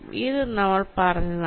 ഇതും നമ്മൾ പറഞ്ഞതാണ്